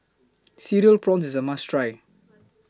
Cereal Prawns IS A must Try